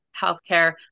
healthcare